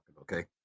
okay